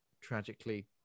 tragically